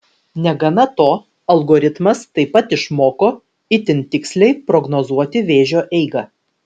negana to algoritmas taip pat išmoko itin tiksliai prognozuoti vėžio eigą